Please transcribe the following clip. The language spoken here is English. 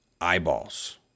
eyeballs